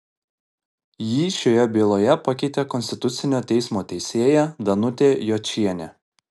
jį šioje byloje pakeitė konstitucinio teismo teisėja danutė jočienė